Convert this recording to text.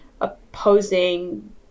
opposing